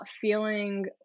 feeling